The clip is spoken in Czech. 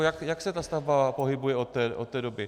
Tak jak se ta stavba pohybuje od té doby?